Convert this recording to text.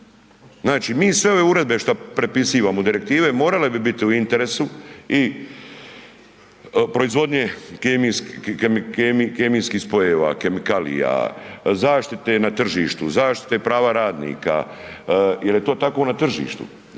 mi sve ove uredbe šta prepisivamo, direktive morale bi biti u interesu i proizvodnje kemijskih spojeva, kemikalija, zaštite na tržištu, zaštite prava radnika jer je to tako na tržištu.